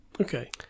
Okay